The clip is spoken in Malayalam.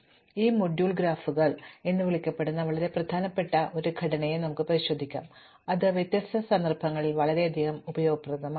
അതിനാൽ ഈ മൊഡ്യൂളിൽ ഗ്രാഫുകൾ എന്ന് വിളിക്കപ്പെടുന്ന വളരെ പ്രധാനപ്പെട്ട ഒരു ഘടനയെ ഞങ്ങൾ പരിശോധിക്കും അവ വ്യത്യസ്ത സന്ദർഭങ്ങളിൽ വളരെയധികം ഉപയോഗപ്രദമാണ്